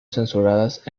censuradas